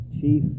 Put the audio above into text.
Chief